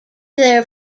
there